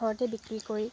ঘৰতে বিক্ৰী কৰি